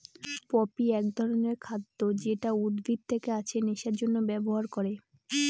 poppy এক ধরনের খাদ্য যেটা উদ্ভিদ থেকে আছে নেশার জন্যে ব্যবহার করে